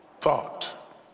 thought